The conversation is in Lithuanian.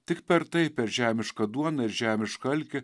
tik per tai per žemišką duoną ir žemišką alkį